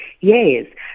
Yes